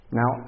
Now